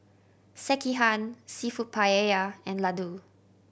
Sekihan Seafood Paella and Ladoo